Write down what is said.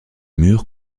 mur